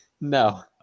No